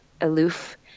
aloof